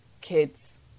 kids